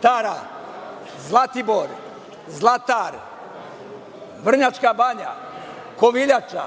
Tara, Zlatibor, Zlatar, Vrnjačka Banja, Koviljača,